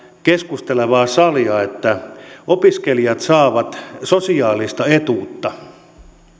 keskustelevaa salia että opiskelijat saavat sosiaalista etuutta